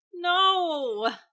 No